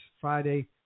Friday